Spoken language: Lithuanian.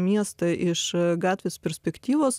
miestą iš gatvės perspektyvos